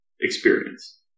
experience